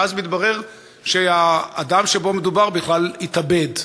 ואז מתברר שהאדם שבו מדובר בכלל התאבד,